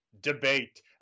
debate